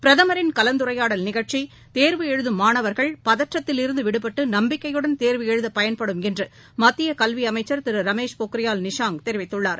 பிரதமரின் கலந்துரையாடல் நிகழ்ச்சிதேர்வு எழுதம் மாணவர்கள் பதற்றத்திலிருந்துவிடுபட்டு நம்பிக்கையுடன் தேர்வு எழுதபயன்படும் என்றுமத்தியகல்விஅமைச்சர் திருரமேஷ் பொக்ரியால் நிஷாங்க் தெரிவித்துள்ளார்